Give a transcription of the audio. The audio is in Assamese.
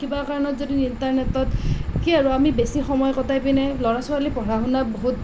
কিবা কাৰণত যদি ইণ্টাৰনেটত কি আৰু আমি বেছি সময় কটাই পিনেই ল'ৰা ছোৱালীৰ পঢ়া শুনাত বহুত